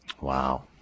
Wow